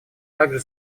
также